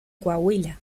coahuila